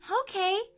Okay